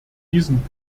diesen